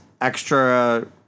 Extra